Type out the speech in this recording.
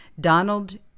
Donald